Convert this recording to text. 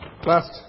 Last